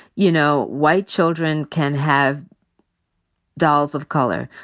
you know, white children can have dolls of color.